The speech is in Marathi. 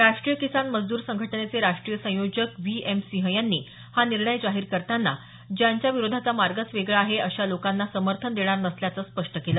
राष्ट्रीय किसान मजद्र संघटनेचे राष्ट्रीय संयोजक व्ही एम सिंह यांनी हा निर्णय जाहीर करताना ज्यांचा विरोधाचा मार्गच वेगळा आहे अशा लोकांना समथंन देणार नसल्याचं स्पष्ट केलं